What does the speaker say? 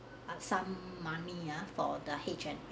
uh some money ah for the H and